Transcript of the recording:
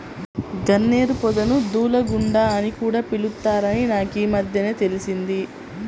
గన్నేరు పొదను దూలగుండా అని కూడా పిలుత్తారని నాకీమద్దెనే తెలిసింది